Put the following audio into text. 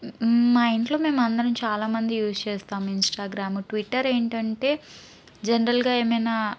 మా ఇంట్లో మేము అందరము చాలా మంది యూస్ చేస్తాము ఇన్స్టాగ్రామ్ ట్విట్టర్ ఏంటంటే జనరల్గా ఏమైనా